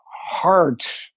heart